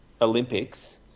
Olympics